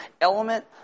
Element